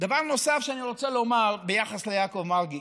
דבר נוסף שאני רוצה לומר ביחס ליעקב מרגי,